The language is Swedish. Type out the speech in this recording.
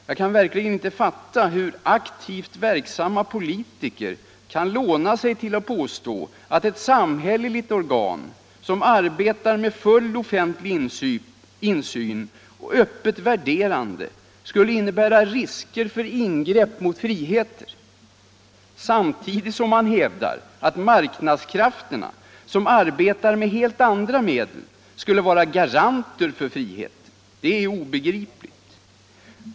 Jag kan verkligen inte fatta hur aktivt verksamma politiker kan låna sig till att påstå att ett samhälleligt organ som arbetar med full offentlig insyn och öppet värderande skulle innebära risker för ingrepp mot friheter, samtidigt som man hävdar att marknadskrafterna, som arbetar med helt andra medel, skulle vara garanter för friheten. Det är obegripligt.